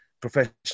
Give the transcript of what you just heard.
professional